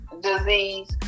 disease